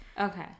Okay